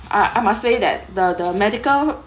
I I must say that the the medical